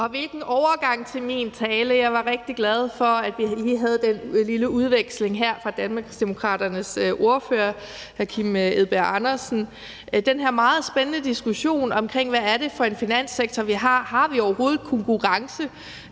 Sikken overgang til min tale. Jeg er rigtig glad for, at vi lige havde den lille udveksling her med Danmarksdemokraternes ordfører, hr. Kim Edberg Andersen. Det her er en meget spændende diskussion omkring, hvad det er for en finanssektor, vi har: Har vi overhovedet konkurrence,